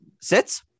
Sits